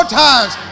times